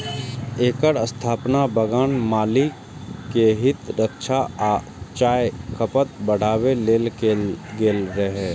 एकर स्थापना बगान मालिक के हित रक्षा आ चायक खपत बढ़ाबै लेल कैल गेल रहै